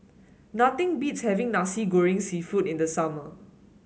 nothing beats having Nasi Goreng seafood in the summer